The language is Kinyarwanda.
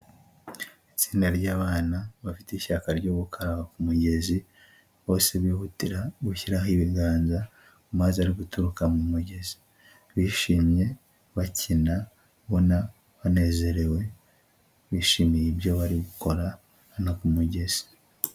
Itsinda ry'abana, bafite ishyaka ryo gukaraba ku umugezi, bose bihutira gushyiraho ibiganza amazi ari guturuka mu mugezi. Bishimye bakina ubona banezerewe bishimiye ibyo bari gukora hano ku mugezi.